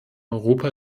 europa